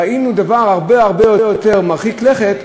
ראינו דבר הרבה יותר מרחיק לכת,